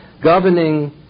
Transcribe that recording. governing